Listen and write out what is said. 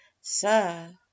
sir